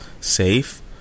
safe